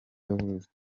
yavutse